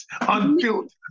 Unfiltered